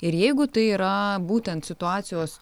ir jeigu tai yra būtent situacijos